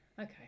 Okay